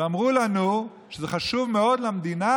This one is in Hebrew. ואמרו לנו שזה חשוב מאוד למדינה,